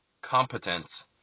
competence